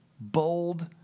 bold